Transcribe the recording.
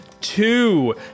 Two